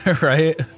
Right